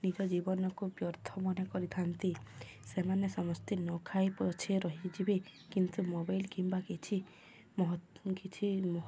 ନିଜ ଜୀବନକୁ ବ୍ୟର୍ଥ ମନେ କରିଥାନ୍ତି ସେମାନେ ସମସ୍ତେ ନ ଖାଇ ପଛେ ରହିଯିବେ କିନ୍ତୁ ମୋବାଇଲ କିମ୍ବା କିଛି କିଛି